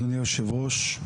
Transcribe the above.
אדוני היושב ראש,